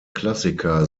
klassiker